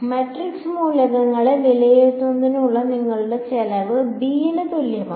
matrix മൂലകങ്ങളെ വിലയിരുത്തുന്നതിനുള്ള നിങ്ങളുടെ ചെലവ് b ന് തുല്യമാണ്